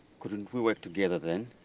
couldn't we work together then?